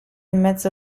mezzo